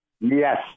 Yes